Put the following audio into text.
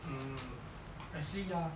mm actually ya